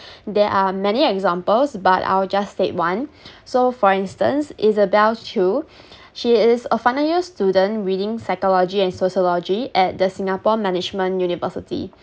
there are many examples but I'll just state one so for instance Isabelle Chew she is a final year student reading psychology and sociology at the singapore management university